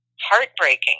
heartbreaking